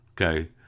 Okay